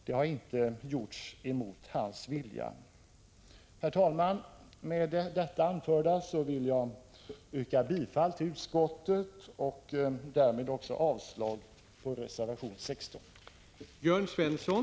Det har inte gjorts emot hans vilja. Herr talman! Med detta vill jag tillstyrka vad utskottet anfört, vilket innebär avslag på reservation 16.